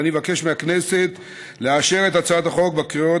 ואני מבקש מהכנסת לאשר את הצעת החוק בקריאות